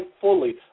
fully